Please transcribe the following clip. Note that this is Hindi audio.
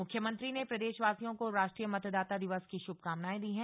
मुख्यमंत्री ने प्रदेशवासियों को राष्ट्रीय मतदाता दिवस की शुभकामनाएं दी हैं